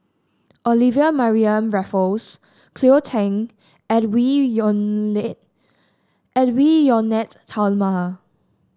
Olivia Mariamne Raffles Cleo Thang Edwy Lyonet Edwy Lyonet Talma